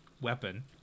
weapon